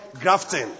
grafting